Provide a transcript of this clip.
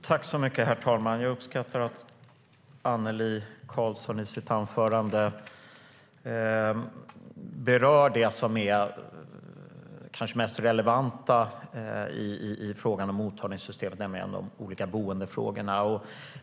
Herr talman! Jag uppskattar att Annelie Karlsson i sitt anförande berör det som kanske är det mest relevanta i frågan om mottagningssystemet, nämligen boendefrågorna.